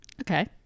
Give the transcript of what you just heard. Okay